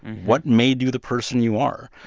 what made you the person you are?